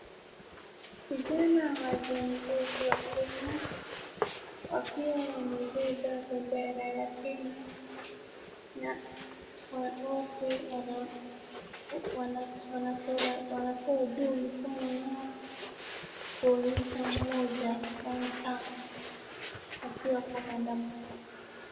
Vijana wa jamii zetu la Kenya, wakiwa wamebeba bendera ya Kenya. Na wote wanatoa, wanatoa juu mikono yao kuonyesha umoja, one term , wakiwa kwa maandamano.